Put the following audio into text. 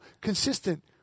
consistent